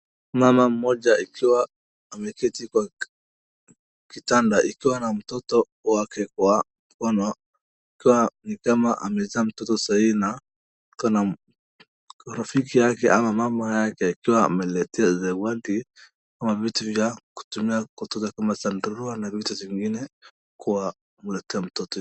Mama mmoja akiwa ameketi kwa kitanda akiwa na mtoto wake kwa mkono, ikiwa ni kama amezaa mtoto saa hii na kuna rafiki yake ama mama yake akiwa amemletea zawadi ama vitu vya kutumia kumtunza kama chandarua na vitu zingine kwa kuletea mtoto.